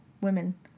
women